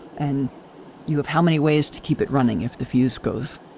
and you have how many ways to keep it running if the fuse goes.